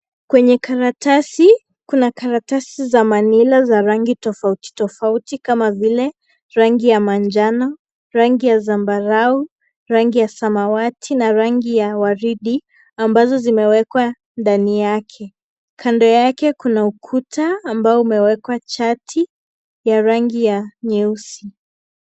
Kwenye karatasi kuna karatasi za Manilla za rangi tofautitofauti kama vile rangi ya manjano, rangi ya zambarau, rangi ya zamawati na rangi ya waridi ambazo zimewekwa ndani yake, kando yake kuna ukuta ambao umewekwa chati ya rangi ya nyeusi.